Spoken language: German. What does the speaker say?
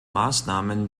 maßnahmen